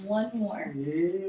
one more new